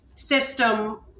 system